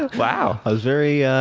ah wow. i was very